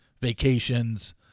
vacations